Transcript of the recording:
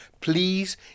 Please